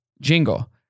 Jingle